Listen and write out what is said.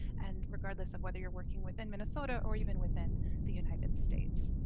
and regardless of whether you're working within minnesota or even within the united states.